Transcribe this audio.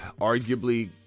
arguably